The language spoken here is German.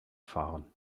fahren